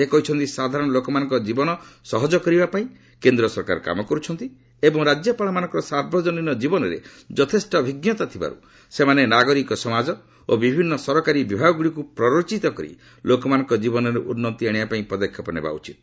ସେ କହିଛନ୍ତି ସାଧାରଣ ଲୋକମାନଙ୍କ ଜୀବନ ସହଜ କରିବା ପାଇଁ କେନ୍ଦ୍ର ସରକାର କାମ କରୁଛନ୍ତି ଏବଂ ରାଜ୍ୟପାଳମାନଙ୍କର ସାର୍ବଜନୀନ ଜୀବନରେ ଯଥେଷ୍ଟ ଅଭିଜ୍ଞତା ଥିବାରୁ ସେମାନେ ନାଗରିକ ସମାଜ ଓ ବିଭିନ୍ନ ସରକାରୀ ବିଭାଗଗୁଡ଼ିକୁ ପ୍ରରୋଚିତ କରି ଲୋକମାନଙ୍କ ଜୀବନରେ ଉନ୍ନତି ଆଶିବା ପାଇଁ ପଦକ୍ଷେପ ନେବା ଉଚିତ୍